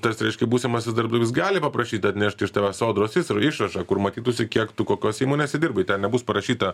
tas reiškia būsimasis darbdavys gali paprašyti atnešti iš tavęs sodros išrašą kur matytųsi kiek tu kokiose įmonėse dirbai ten nebus parašyta